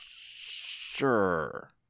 Sure